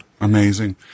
Amazing